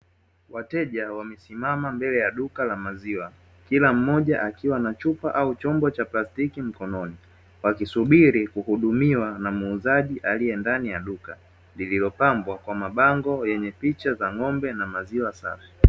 Wateja wamesimama mbele ya duka la maziwa, kila mmoja akiwa na chupa au chombo cha plastiki mkononi, wakisubiri kuhudumiwa na muuzaji aliyendani ya duka, lililopambwa kwa mabango yenye picha za ng'ombe na maziwa safi.